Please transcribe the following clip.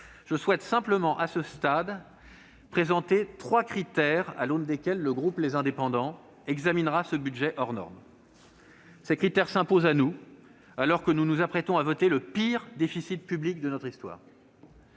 je souhaite simplement présenter trois critères à l'aune desquels le groupe Les Indépendants examinera ce budget hors norme. Ces critères s'imposent à nous, alors que nous nous apprêtons à voter le pire déficit public de notre histoire.